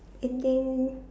and then